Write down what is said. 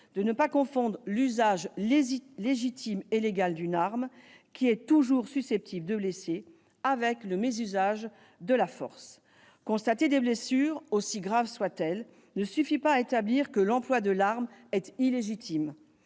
de ne pas confondre l'usage légitime et légal d'une arme, qui est toujours susceptible de blesser, avec le mésusage de la force. Constater des blessures, aussi graves soient-elles, ne suffit pas à établir que l'emploi de l'arme était illégitime.